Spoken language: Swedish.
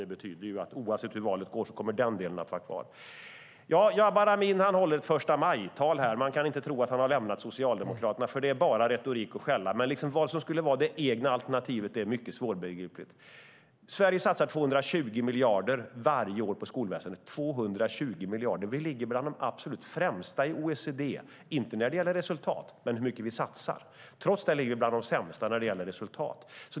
Det betyder att denna del kommer att vara kvar oavsett hur valet går. Jabar Amin håller ett förstamajtal. Man kan inte tro att han har lämnat Socialdemokraterna, för det är bara retorik och skäll. Men vad som skulle vara det egna alternativet är mycket svårbegripligt. Sverige satsar varje år 220 miljarder på skolväsendet. Vi ligger bland de främsta i OECD, inte när det gäller resultat men när det gäller hur mycket vi satsar. Trots det ligger vi bland de sämsta avseende resultat.